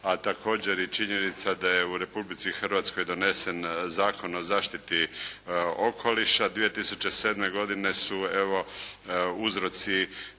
a također i činjenica da je u Republici Hrvatskoj donesen Zakon o zaštiti okoliša 2007. godine su evo uzroci